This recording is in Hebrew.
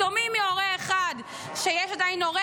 יתומים מהורה אחד שיש עדיין הורה,